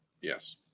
yes